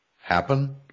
happen